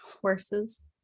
horses